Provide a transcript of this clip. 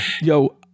Yo